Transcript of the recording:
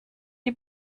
die